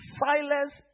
silence